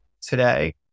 today